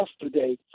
yesterday